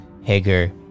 Hager